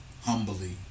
humbly